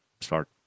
start